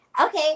okay